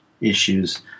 issues